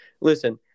Listen